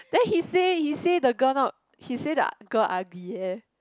then he say he say the girl not he say the girl ugly eh